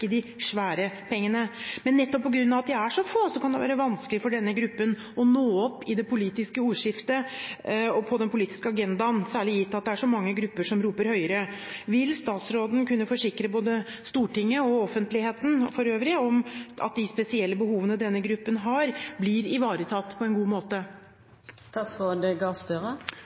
de store pengene – men nettopp på grunn av at de er så få, kan det være vanskelig for denne gruppen å nå fram i det politiske ordskiftet, bli ført opp på den politiske agendaen, siden det er så mange grupper som roper høyere. Vil statsråden kunne forsikre både Stortinget og offentligheten for øvrig om at de spesielle behovene denne gruppen har, blir ivaretatt på en god måte?